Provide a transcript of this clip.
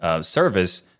service